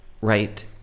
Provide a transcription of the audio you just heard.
right